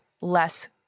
less